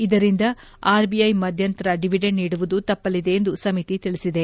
ಇದರಿಂದ ಆರ್ಬಿಐ ಮಧ್ಯಂತರ ಡಿವಿಡೆಂಡ್ ನೀಡುವುದು ತಪ್ಪಲಿದೆ ಎಂದು ಸಮಿತಿ ತಿಳಿಸಿದೆ